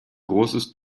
großes